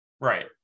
Right